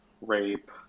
rape